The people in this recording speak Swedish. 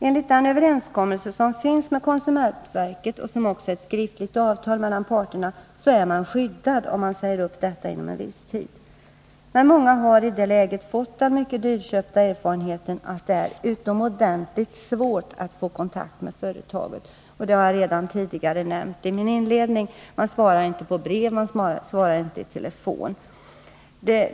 Enligt den överenskommelse som finns med konsumentverket och som också är ett skriftligt avtal mellan parterna, är man skyddad om man säger upp detta avtal inom en viss tid. Men många har i det läget fått den mycket dyrköpta erfarenheten att det är utomordentligt svårt att få kontakt med företaget. Det har jag redan tidigare nämnt i inledningen av mitt anförande. Företaget svarar inte på brev eller i telefon.